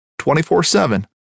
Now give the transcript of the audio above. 24-7